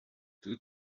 two